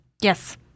Yes